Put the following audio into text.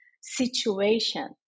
situation